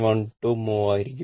12 mho ആയിരിക്കും